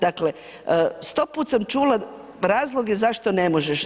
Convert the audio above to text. Dakle, 100 puta sam čula razloge zašto ne možeš.